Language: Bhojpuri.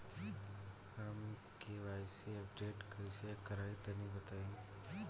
हम के.वाइ.सी अपडेशन कइसे करवाई तनि बताई?